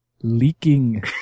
leaking